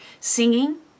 singing